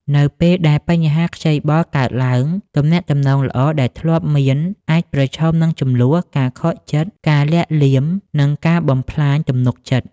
នៅពេលដែលបញ្ហាខ្ចីបុលកើតឡើង ទំនាក់ទំនងល្អដែលធ្លាប់មានអាចប្រឈមនឹង ជម្លោះ ការខកចិត្ត ការលាក់លៀម និងការបំផ្លាញទំនុកចិត្ត។